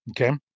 Okay